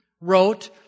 wrote